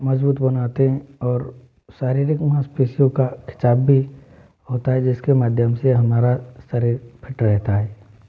मजबूत बनाते और शारीरिक मांसपेशियों का खिंचाव भी होता है जिसके माध्यम से हमारा शरीर फिट रहता है